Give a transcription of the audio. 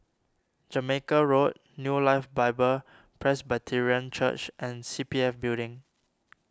Jamaica Road New Life Bible Presbyterian Church and C P F Building